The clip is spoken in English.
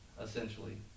essentially